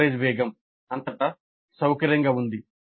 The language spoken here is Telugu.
కవరేజ్ వేగం అంతటా సౌకర్యంగా ఉంది